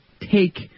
take